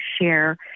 share